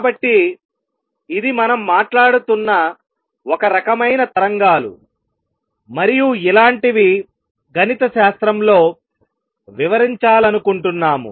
కాబట్టి ఇది మనం మాట్లాడుతున్న ఒక రకమైన తరంగాలు మరియు ఇలాంటివి గణితశాస్త్రంలో వివరించాలనుకుంటున్నాము